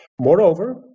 Moreover